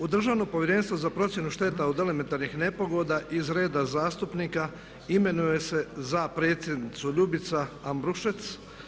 U Državno povjerenstvo za procjenu šteta od elementarnih nepogoda iz reda zastupnika imenuje se za predsjednicu Ljubica Ambrušec.